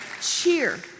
cheer